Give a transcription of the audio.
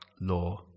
law